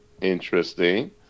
interesting